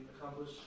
accomplish